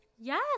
Yes